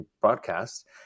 broadcast